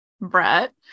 Brett